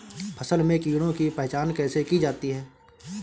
फसल में कीड़ों की पहचान कैसे की जाती है?